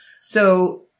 So-